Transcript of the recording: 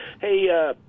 Hey